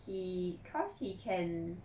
he cause he can